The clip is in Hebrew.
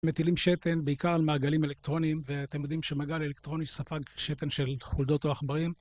מטילים שתן, בעיקר על מעגלים אלקטרוניים, ואתם יודעים שמעגל אלקטרוני ספג שתן של חולדות או עכברים